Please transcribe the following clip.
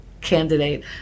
candidate